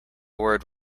word